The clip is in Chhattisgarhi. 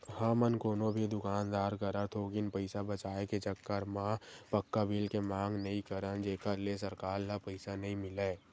हमन कोनो भी दुकानदार करा थोकिन पइसा बचाए के चक्कर म पक्का बिल के मांग नइ करन जेखर ले सरकार ल पइसा नइ मिलय